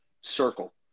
circle